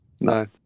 No